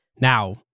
Now